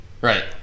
right